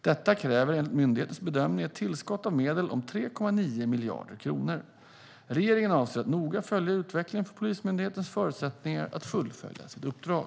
Detta kräver enligt myndighetens bedömning ett tillskott av medel om 3,9 miljarder kronor. Regeringen avser att noga följa utvecklingen för Polismyndighetens förutsättningar att fullfölja sitt uppdrag.